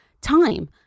time